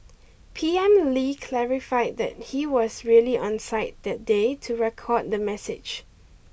P M Lee clarified that he was really on site that day to record the message